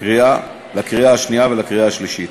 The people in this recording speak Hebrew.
לקריאה שנייה ולקריאה שלישית.